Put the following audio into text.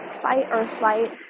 fight-or-flight